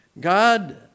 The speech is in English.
God